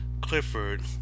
Clifford